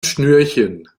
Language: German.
schnürchen